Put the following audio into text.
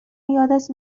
یادت